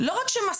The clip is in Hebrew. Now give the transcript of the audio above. לא רק שמסלילים,